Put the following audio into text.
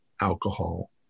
alcohol